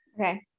Okay